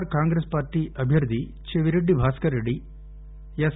are Congress party అభ్యర్ధి Chevireddy Bhaskarareddy yes